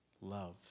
love